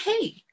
hey